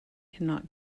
cannot